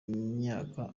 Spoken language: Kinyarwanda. myaka